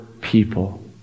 people